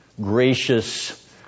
gracious